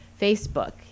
Facebook